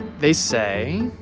they say,